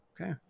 Okay